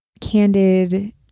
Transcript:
candid